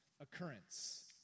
occurrence